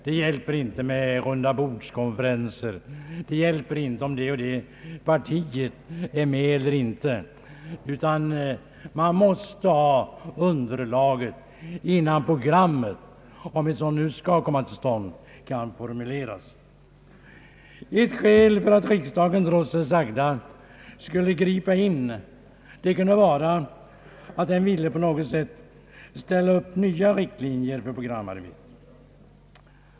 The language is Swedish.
Det hjälper inte med rundabordskonferenser, det hjälper inte om det eller det partiet är med eller inte, utan man måste ha underlag in nan programmet — om ett sådant nu skall komma till stånd — kan formuleras. Ett skäl för att riksdagen trots det sagda skulle gripa in kunde vara att den ville på något sätt ställa upp nya riktlinjer för programarbetet.